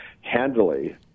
handily